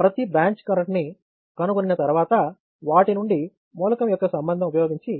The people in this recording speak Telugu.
ప్రతి బ్రాంచ్ కరెంట్ ని కనుగొనిన తరవాత వాటి నుంచి మూలకం యొక్క సంబంధం ఉపయోగించి